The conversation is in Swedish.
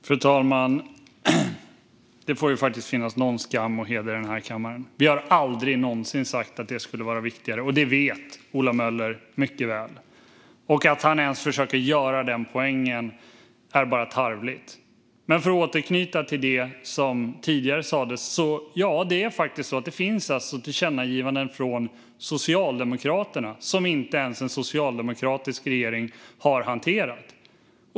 Fru talman! Det får faktiskt finnas någon skam och heder i den här kammaren. Vi har aldrig någonsin sagt att det skulle vara viktigare, och det vet Ola Möller mycket väl. Att han ens försöker göra den poängen är bara tarvligt. För att återknyta till det som tidigare sas är det faktiskt så att det finns tillkännagivanden från Socialdemokraterna som inte ens en socialdemokratisk regering har hanterat.